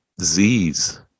Zs